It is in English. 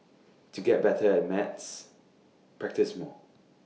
to get better at maths practise more